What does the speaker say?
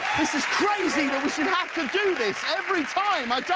this is crazy that we should have to do this every time. i